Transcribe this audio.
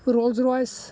Rolls Royce